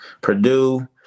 Purdue